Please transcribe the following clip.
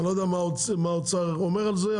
אני לא יודע מה האוצר אומר על זה,